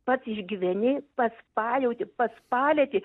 pats išgyveni pats pajauti pats palieti